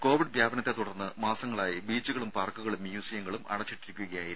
Covid വ്യാപനത്തെത്തുടർന്ന് മാസങ്ങളായി ബീച്ചുകളും പാർക്കുകളും മ്യൂസിയങ്ങളും അടച്ചിട്ടിരിക്കുകയായിരുന്നു